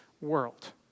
world